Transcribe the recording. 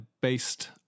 based